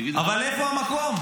אבל איפה המקום?